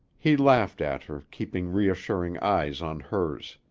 he laughed at her, keeping reassuring eyes on hers.